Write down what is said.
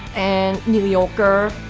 and new yorker.